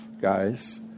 Guys